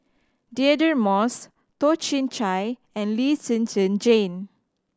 Deirdre Moss Toh Chin Chye and Lee Zhen Zhen Jane